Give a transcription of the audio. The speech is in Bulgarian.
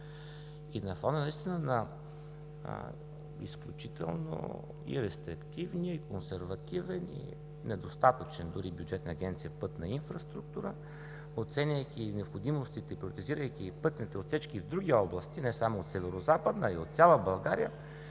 г. На фона наистина на изключително и рестриктивен, и консервативен, и недостатъчен дори бюджет на Агенция „Пътна инфраструктура“, оценявайки необходимостта и приоритизирайки пътните отсечки в други области, не само от Северозападна, а и от цяла България,